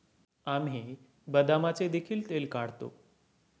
आम्ही बदामाचे देखील तेल काढतो